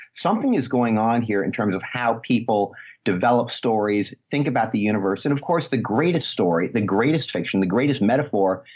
something is going on here in terms of how people develop stories, think about the universe. and of course the greatest story, the greatest fiction, the greatest metaphor,